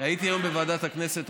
הייתי היום בוועדת הכנסת,